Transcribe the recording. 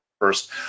first